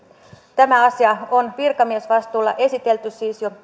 tämä asia on virkamiesvastuulla esitelty siis jo